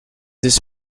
his